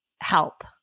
help